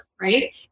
right